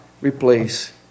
replace